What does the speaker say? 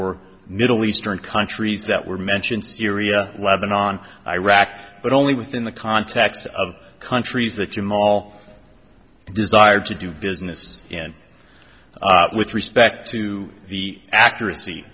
were middle eastern countries that were mentioned syria lebannon iraq but only within the context of countries that you mall i desired to do business and with respect to the accuracy